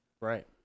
Right